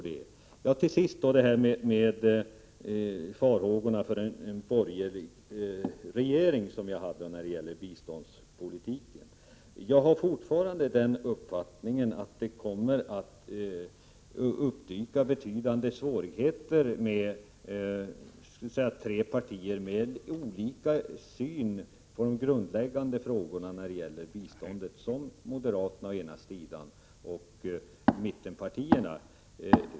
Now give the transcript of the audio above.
Vi hade vissa farhågor för biståndspolitiken under en borgerlig regering. Jag har fortfarande uppfattningen att det kommer att dyka upp betydande svårigheter för en regering bestående av tre partier med olika syn på de grundläggande biståndsfrågorna: moderaterna å ena sidan och mittenpartierna å den andra.